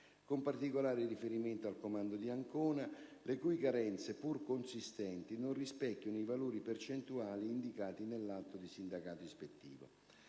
con particolare riferimento al comando di Ancona, le cui carenze, pur consistenti, non rispecchiano i valori percentuali indicati nell'atto di sindacato ispettivo.